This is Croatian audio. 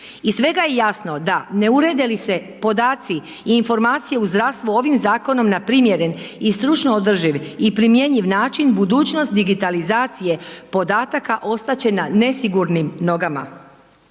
Iz svega je jasno da ne urede li se podaci i informacije u zdravstvu ovim zakonom na primjeren i stručno održiv i primjenjiv način budućnost digitalizacije podataka ostat će na nesigurnim nogama.